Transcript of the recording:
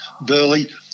Burley